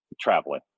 traveling